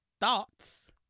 thoughts